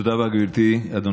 נודע לנו כי ב-17